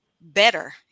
better